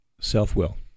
self-will